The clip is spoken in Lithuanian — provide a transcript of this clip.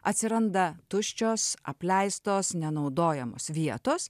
atsiranda tuščios apleistos nenaudojamos vietos